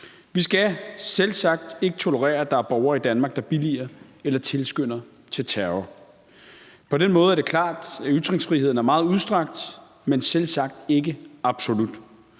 Vi skal selvsagt ikke tolerere, at der er borgere i Danmark, der billiger eller tilskynder til terror. På den måde er det klart, at ytringsfriheden er meget udstrakt, men selvsagt ikke absolut.